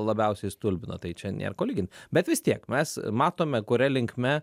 labiausiai stulbino tai čia nėr ko lygin bet vis tiek mes matome kuria linkme